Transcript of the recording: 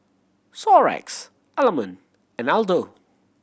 Xorex Element and Aldo